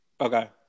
Okay